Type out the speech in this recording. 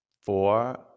Four